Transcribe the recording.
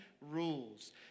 rules